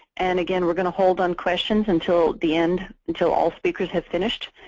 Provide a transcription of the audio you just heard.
and again, we're going to hold on questions until the end. until all speakers have finished.